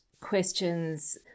questions